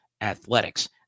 athletics